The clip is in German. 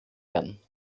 werden